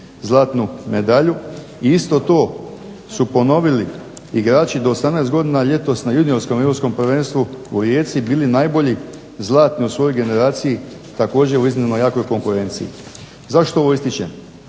zlatnu medalju. I isto to su ponovili igrači do 18 godina ljetos na Juniorskom Europskom prvenstvu u Rijeci, bili najbolji, zlatni u svojoj generaciji također u iznimno jakoj konkurenciji. Zašto ovo ističem?